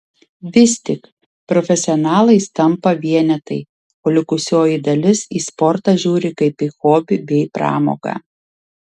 vis tik profesionalais tampa vienetai o likusioji dalis į sportą žiūri kaip į hobį bei pramogą